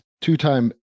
two-time